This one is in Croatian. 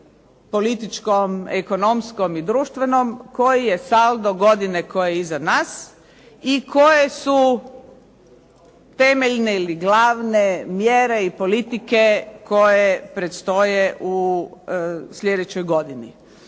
političkom, ekonomskom i društvenom, koji je saldo godine koja je iza nas i koje su temeljne ili glavne mjere i politike koje predstoje u sljedećoj godini.